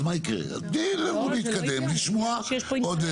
תני להתקדם לשמוע עוד,